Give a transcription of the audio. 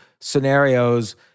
scenarios